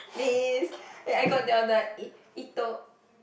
please and I got there the eh eato~